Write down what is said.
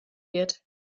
wird